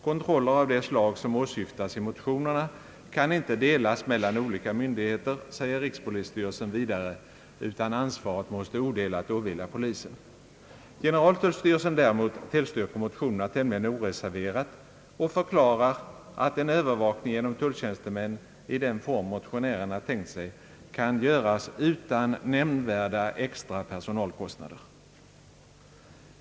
Kontroller av det slag som åsyftas i motionerna kan inte delas mellan olika myndigheter, säger rikspolisstyrelsen vidare, utan ansvaret måste odelat åvila polisen. Generaltullstyrelsen däremot tillstyrker motionerna tämligen oreserverat och förklarar, att en övervakning genom tulltjänstemän i den form motionärerna tänkt sig kan göras utan nämnvärda extra personalkostnader.